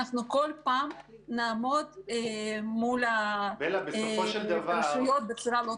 כל פעם נעמוד מול הרשויות בצורה לא טובה.